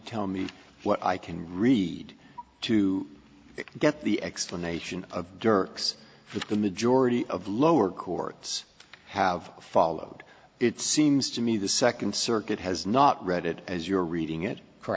tell me what i can read to get the explanation of dirk's with the majority of lower courts have followed it seems to me the second circuit has not read it as you're reading it